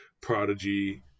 prodigy